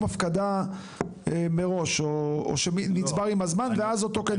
הפסקה מראש או שנצבר עם הזמן ואז אותו.